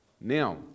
Now